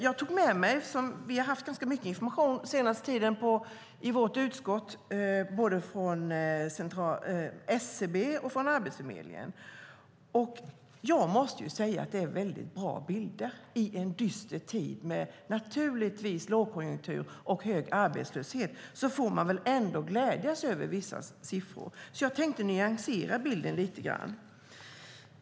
Den senaste tiden har utskottet fått mycket information från SCB och Arbetsförmedlingen, och det är bra bilder. I en dyster tid med lågkonjunktur och hög arbetslöshet får vi ändå glädja oss över vissa siffror. Jag tänkte därför nyansera bilden lite grann.